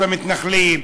למתנחלים,